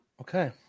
Okay